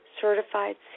certified